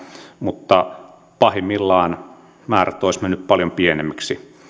mutta pahimmillaan määrät olisivat menneet paljon pienemmiksi